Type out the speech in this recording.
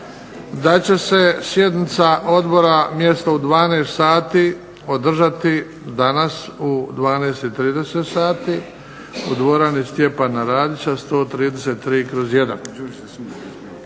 da će se sjednica odbora umjesto u 12 sati održati danas u 12,30 sati u dvorani "Stjepana Radića" 133/1.